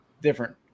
different